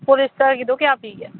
ꯄꯣꯂꯤꯁꯇꯔꯒꯤꯗꯣ ꯀꯌꯥ ꯄꯤꯒꯦ